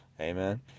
amen